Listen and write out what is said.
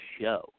show